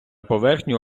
поверхню